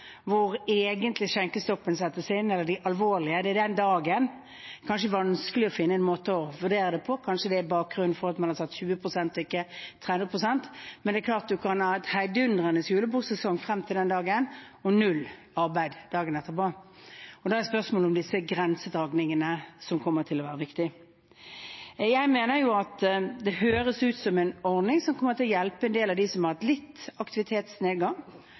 hvor skjenkestoppen, eller de alvorlige tiltakene, egentlig settes inn, eller det er den dagen. Det er kanskje vanskelig å finne en måte å vurdere det på. Kanskje det er bakgrunnen for at man har satt 20 pst., og ikke 30 pst., men det er klart at man kan ha hatt en heidundrandes julebordsesong fram til den dagen – og null arbeid dagen etterpå. Og da er det spørsmålet om disse grensedragningene som kommer til å være viktig. Jeg mener at det høres ut som en ordning som kommer til å hjelpe en del av dem som har hatt litt